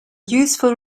useful